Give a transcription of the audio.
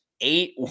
eight